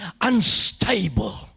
Unstable